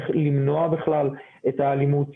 איך למנוע בכלל את האלימות.